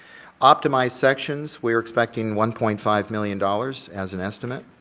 optimized sections, we're expecting one point five million dollars as an estimate.